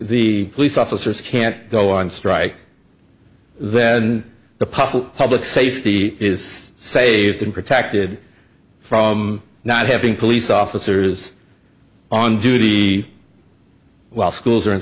the police officers can't go on strike then the puzzle public safety is saved and protected from not having police officers on duty while schools are in